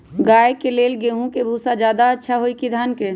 गाय के ले गेंहू के भूसा ज्यादा अच्छा होई की धान के?